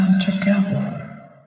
together